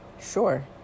Sure